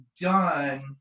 done